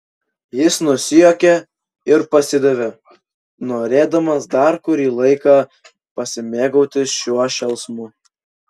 jis nusijuokė ir pasidavė norėdamas dar kurį laiką pasimėgauti šiuo šėlsmu